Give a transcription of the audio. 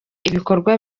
ibikorwa